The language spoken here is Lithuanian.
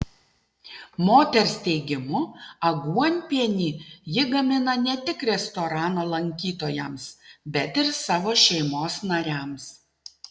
moters teigimu aguonpienį ji gamina ne tik restorano lankytojams bet ir savo šeimos nariams